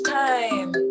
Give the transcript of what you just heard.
time